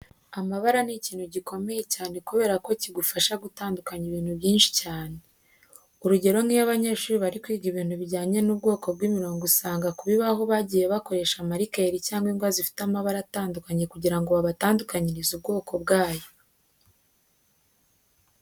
Amabara ni ikintu gikomeye cyane kubera ko cyigufasha gutandukanya ibintu byinshi cyane. Urugero nk'iyo abanyeshuri bari kwiga ibintu bijyanye n'ubwoko bw'imirongo usanga ku bibaho bagiye bakoresha marikeri cyangwa ingwa zifite amabara atandukanye kugira ngo babatandukanyirize ubwoko bwayo.